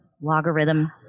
logarithm